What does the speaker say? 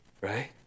right